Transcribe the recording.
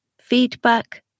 feedback